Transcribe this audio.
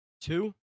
two